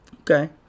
Okay